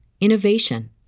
innovation